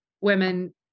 women